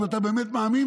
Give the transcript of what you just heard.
אם אתה באמת מאמין,